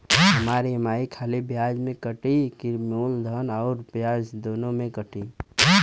हमार ई.एम.आई खाली ब्याज में कती की मूलधन अउर ब्याज दोनों में से कटी?